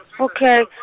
Okay